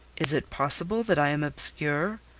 is it possible that i am obscure?